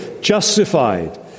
justified